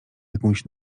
jakąś